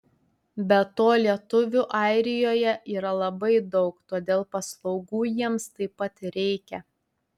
be to lietuvių airijoje yra labai daug todėl paslaugų jiems taip pat reikia